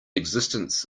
existence